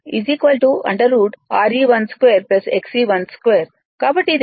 కాబట్టి ఇది వాస్తవానికి 6